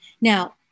Now